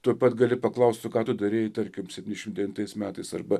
tuoj pat gali paklaust ką tu darei tarkim septyniasdešimt devintais metais arba